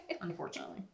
unfortunately